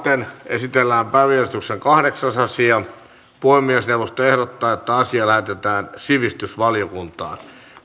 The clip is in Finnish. esitellään päiväjärjestyksen kahdeksas asia puhemiesneuvosto ehdottaa että asia lähetetään sivistysvaliokuntaan